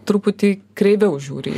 truputį kreiviau žiūri į